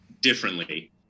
differently